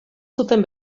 zuten